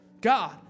God